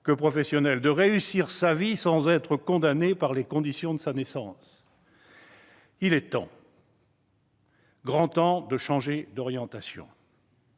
plan professionnel, de réussir sa vie sans être condamné par les conditions de sa naissance. Il est grand temps de changer d'orientation,